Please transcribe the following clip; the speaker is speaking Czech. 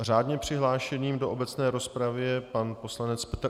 Řádně přihlášeným do obecné rozpravy je pan poslanec Petr Adam.